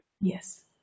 Yes